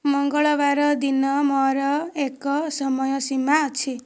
ମଙ୍ଗଳବାର ଦିନ ମୋ'ର ଏକ ସମୟସୀମା ଅଛି